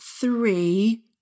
three